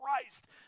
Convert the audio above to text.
Christ